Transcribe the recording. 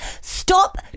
Stop